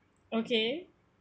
okay